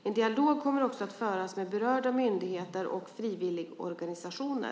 En dialog kommer också att föras med berörda myndigheter och frivilligorganisationer.